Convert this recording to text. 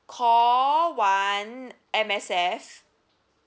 call one M_S_F